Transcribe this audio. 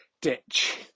ditch